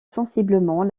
sensiblement